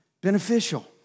beneficial